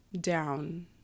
down